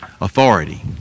authority